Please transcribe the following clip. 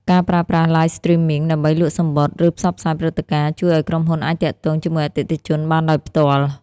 ការប្រើប្រាស់ "Live Streaming" ដើម្បីលក់សំបុត្រ ឬផ្សព្វផ្សាយព្រឹត្តិការណ៍ ជួយឱ្យក្រុមហ៊ុនអាចទាក់ទងជាមួយអតិថិជនបានដោយផ្ទាល់។